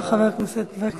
תודה רבה, חבר הכנסת וקנין.